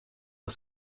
are